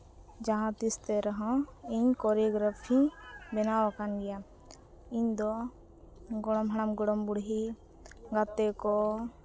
ᱡᱟᱦᱟᱸ ᱛᱤᱥ ᱛᱮ ᱨᱮᱦᱚᱸ ᱤᱧ ᱠᱳᱨᱤᱭᱳᱜᱨᱟᱯᱷᱤᱧ ᱵᱮᱱᱟᱣ ᱟᱠᱟᱱ ᱜᱮᱭᱟ ᱤᱧᱫᱚ ᱜᱚᱲᱚᱢ ᱦᱟᱲᱟᱢ ᱜᱚᱲᱚᱢ ᱵᱩᱲᱦᱤ ᱜᱟᱛᱮ ᱠᱚ